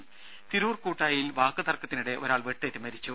രുര തിരൂർ കൂട്ടായിയിൽ വാക്കു തർക്കത്തിനിടെ ഒരാൾ വെട്ടേറ്റു മരിച്ചു